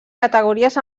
categories